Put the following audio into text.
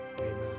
Amen